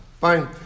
fine